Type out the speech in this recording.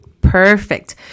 Perfect